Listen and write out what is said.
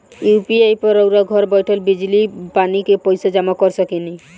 UPI पर रउआ घर बईठल बिजली, पानी के पइसा जामा कर सकेनी